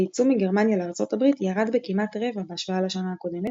הייצוא מגרמניה לארצות הברית ירד בכמעט רבע בהשוואה לשנה הקודמת,